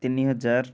ତିନି ହଜାର